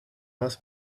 más